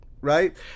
right